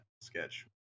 sketch